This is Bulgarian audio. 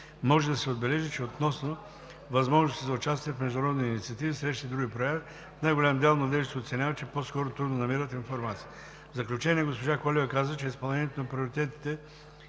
Може да се отбележи, че относно възможностите за участие в международни инициативи, срещи и други прояви, в най-голям дял младежите оценяват, че по-скоро трудно намират информация. В заключение госпожа Колева каза, че изпълнението на приоритетите